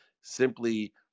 simply